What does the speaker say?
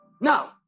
Now